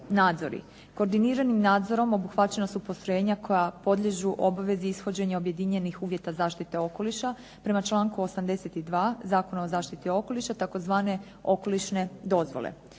nadzori. Koordiniranim nadzorom obuhvaćena su postrojenja koja podliježu obvezi ishođenja objedinjenih uvjeta zaštite okoliša, prema članku 82. Zakona o zaštiti okoliša, tzv. okolišne dozvole.